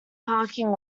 parking